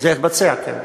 זה התבצע, כן.